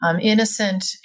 innocent